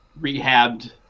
rehabbed